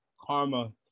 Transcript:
karma